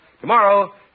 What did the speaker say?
Tomorrow